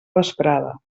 vesprada